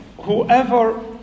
Whoever